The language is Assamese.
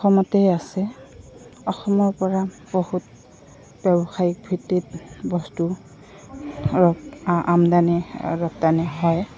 অসমতেই আছে অসমৰপৰা বহুত ব্যৱসায়িক ভিত্তিত বস্তু ৰপ আমদানি ৰপ্তানি হয়